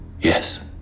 Yes